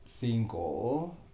Single